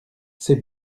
ses